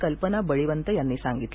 कल्पना बळीवंत यांनी सांगितलं